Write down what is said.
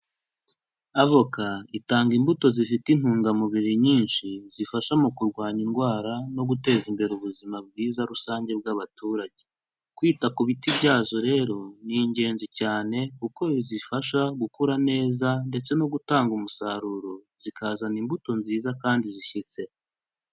Avoka itanga imbuto zifite intungamubiri nyinshi zifasha mu kurwanya indwara no guteza imbere ubuzima bwiza rusange bw'abaturage, kwita ku biti byazo rero ni ingenzi cyane kuko bizifasha gukura neza ndetse no gutanga umusaruro, zikazana imbuto nziza kandi zishyitse.